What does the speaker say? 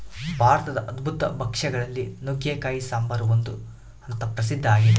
ಭಾರತದ ಅದ್ಭುತ ಭಕ್ಷ್ಯ ಗಳಲ್ಲಿ ನುಗ್ಗೆಕಾಯಿ ಸಾಂಬಾರು ಒಂದು ಅಂತ ಪ್ರಸಿದ್ಧ ಆಗಿದೆ